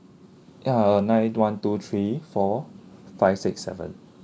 ya nine one two three four five six seven